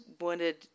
wanted